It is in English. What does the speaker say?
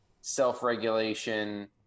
self-regulation